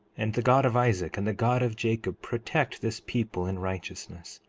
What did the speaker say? and the god of isaac, and the god of jacob, protect this people in righteousness,